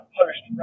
post